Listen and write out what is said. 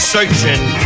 Searching